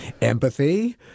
Empathy